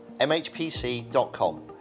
mhpc.com